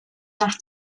nach